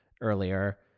earlier